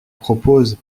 propose